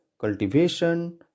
cultivation